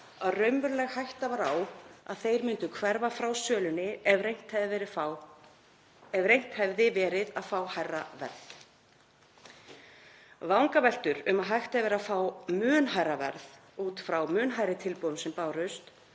að raunveruleg hætta var á að þeir myndu hverfa frá sölunni ef reynt hefði verið að fá hærra verð. Vangaveltur um að hægt hefði verið að fá mun hærra verð út frá mun hærri tilboðum sem bárust